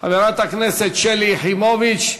חברת הכנסת שלי יחימוביץ,